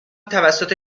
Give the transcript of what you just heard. توسط